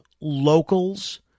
Locals